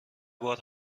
بار